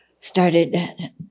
started